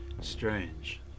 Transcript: Strange